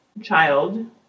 child